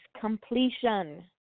completion